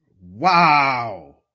Wow